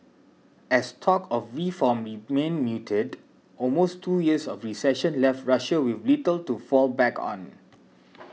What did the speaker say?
as talk of reform remained muted almost two years of recession left Russia with little to fall back on